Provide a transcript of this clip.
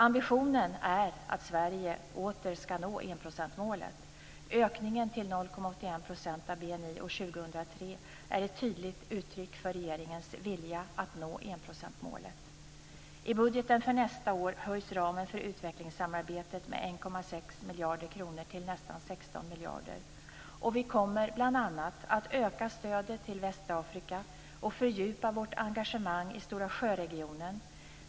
Ambitionen är att Sverige åter ska nå enprocentsmålet. Ökningen till 0,81 % av BNI år 2003 är ett tydligt uttryck för regeringens vilja att nå enprocentsmålet. I budgeten för nästa år höjs ramen för utvecklingssamarbetet med 1,6 miljarder kronor till nästan 16 miljarder. Vi kommer bl.a. att öka stödet till Västafrika och fördjupa vårt engagemang i Stora sjöregionen.